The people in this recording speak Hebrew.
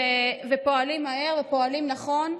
פועלים מהר ופועלים נכון.